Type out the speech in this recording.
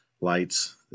lights